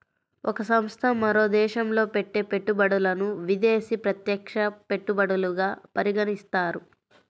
ఒక సంస్థ మరో దేశంలో పెట్టే పెట్టుబడులను విదేశీ ప్రత్యక్ష పెట్టుబడులుగా పరిగణిస్తారు